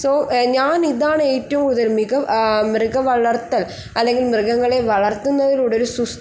so ഞാൻ ഇതാണ് ഏറ്റവും കൂടുതൽ മിക മൃഗവളർത്തൽ അല്ലെങ്കിൽ മൃഗങ്ങളെ വളർത്തുന്നതിലൂടെ ഒരു സുസ്